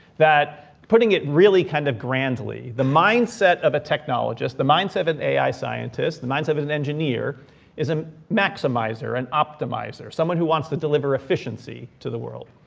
that putting it really kind of grandly, the mindset of a technologist, the mindset of an ai scientist, the mindset of but an engineer is an maximizer, an optimizer, someone who wants to deliver efficiency to the world.